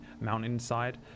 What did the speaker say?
mountainside